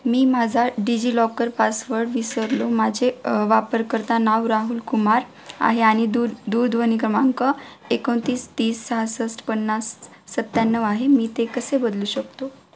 मी माझा DigiLocker password विसरलो माझे वापरकर्ता नाव राहुल कुमार आहे आणि दूर दूरध्वनी कमांक एकोणतीस तीस सहासष्ट पन्नास सत्याण्णव आहे मी ते कसे बदलू शकतो